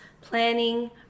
planning